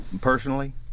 personally